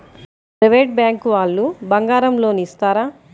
Private bank వాళ్ళు బంగారం loan ఇస్తారా?